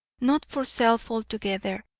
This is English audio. not for self altogether,